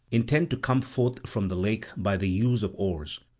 intent to come forth from the lake by the use of oars.